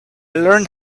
learned